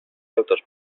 deutes